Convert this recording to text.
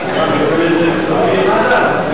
נראה לי שיותר סביר לקיים דיון בוועדה.